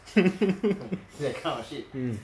mm